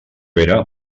era